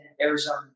Arizona